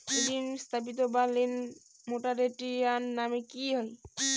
ঋণ স্থগিত বা লোন মোরাটোরিয়াম মানে কি?